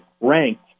ranked